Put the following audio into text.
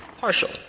partial